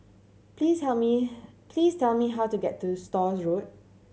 please tell me please tell me how to get to Stores Road